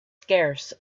scarce